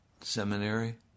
seminary